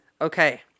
Okay